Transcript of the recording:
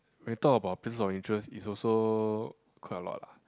my thought about places of interest is also quite a lot lah